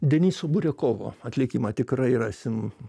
deniso buriakovo atlikimą tikrai rasim